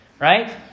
right